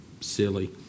silly